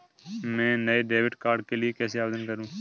मैं नए debit card के लिए कैसे आवेदन करूं?